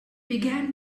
began